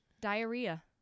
Diarrhea